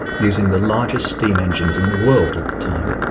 using the largest steam engines in the world at the time.